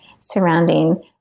surrounding